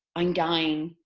i'm dying.